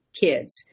kids